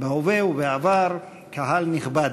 בהווה ובעבר, קהל נכבד,